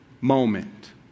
moment